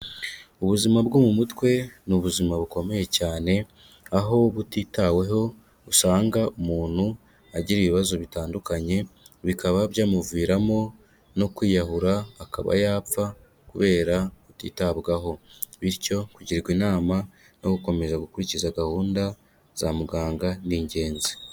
Ubuzima bwo mu mutwe ni ubuzima bukomeye cyane, aho butitaweho usanga umuntu agira ibibazo bitandukanye, bikaba byamuviramo no kwiyahura akaba yapfa kubera kutitabwaho; bityo kugirwa inama no gukomeza gukurikiza gahunda za muganga ni ingenzi.